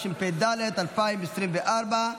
התשפ"ד 2024,